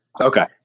Okay